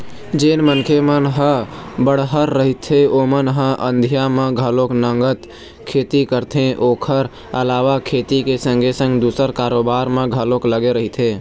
जेन मनखे मन ह बड़हर रहिथे ओमन ह अधिया म घलोक नंगत खेती करथे ओखर अलावा खेती के संगे संग दूसर कारोबार म घलोक लगे रहिथे